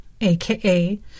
AKA